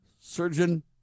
Surgeon